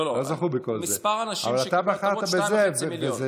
אבל אתה בחרת בזה, וזה